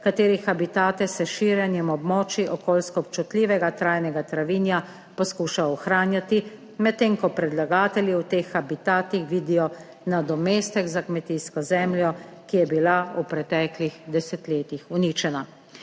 katerih habitate se s širjenjem območij okoljsko občutljivega trajnega travinja poskuša ohranjati, medtem ko predlagatelji v teh habitatih vidijo nadomestek za kmetijsko zemljo, ki je bila v preteklih desetletjih uničena.